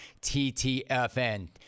TTFN